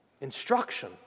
instruction